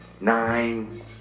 Nine